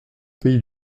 pays